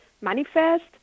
manifest